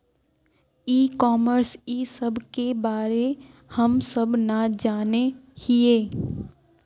ई commerce इस सब के बारे हम सब ना जाने हीये?